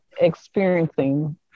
experiencing